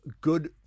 good